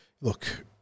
look